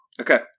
Okay